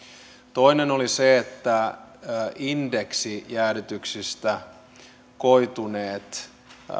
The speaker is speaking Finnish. toinen oli se että indeksijäädytyksistä koituneet ei